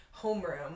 homeroom